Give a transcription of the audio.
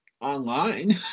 online